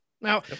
Now